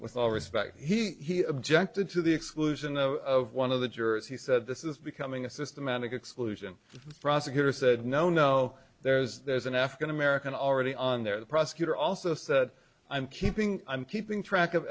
with all respect he objected to the exclusion of one of the jurors he said this is becoming a systematic exclusion prosecutor said no no there's there's an african american already on there the prosecutor also said i'm keeping i'm keeping track of